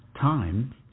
time